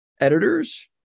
editors